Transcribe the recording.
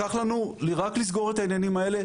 לקח לנו רק לסגור את העניינים האלה,